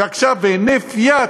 ועכשיו, בהינף יד,